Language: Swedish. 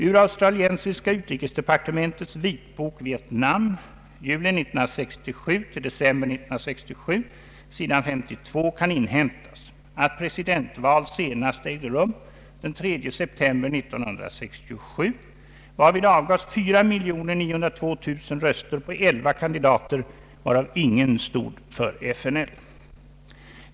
Ur australiensiska utrikesdepartementets vitbok ”Viet-Nam, July 1967 to December 1967, s. 52, kan inhämtas, att presidentval senast ägde rum den 3 september 1967, varvid avgavs 4902 000 röster på 11 kandidater, varav ingen stod för FNL.